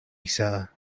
sir